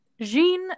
Jean